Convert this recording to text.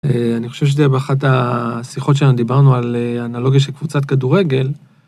אני חושב שזה באחת השיחות שלנו דיברנו על אנלוגיה של קבוצת כדורגל.